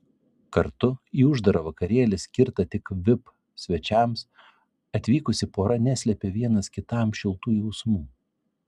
kartu į uždarą vakarėlį skirtą tik vip svečiams atvykusi pora neslėpė vienas kitam šiltų jausmų